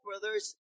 brothers